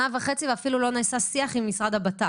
ואפילו לא נעשה שיח עם המשרד לביטחון פנים.